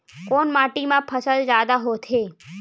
कोन माटी मा फसल जादा होथे?